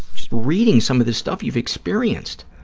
just reading some of this stuff you've experienced.